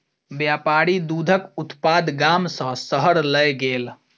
व्यापारी दूधक उत्पाद गाम सॅ शहर लय गेल